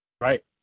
Right